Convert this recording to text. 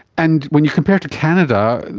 and when you compared to canada,